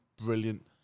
brilliant